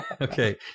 Okay